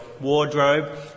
wardrobe